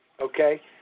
Okay